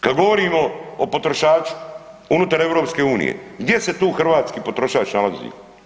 Kad govorimo o potrošaču unutar EU gdje se tu hrvatski potrošač nalazi?